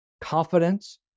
confidence